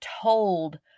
told